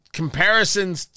comparisons